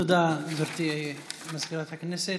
תודה, גברתי מזכירת הכנסת.